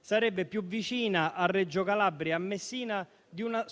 sarebbe più vicina a Reggio Calabria e a Messina di una